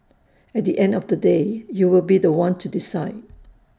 at the end of the day you will be The One to decide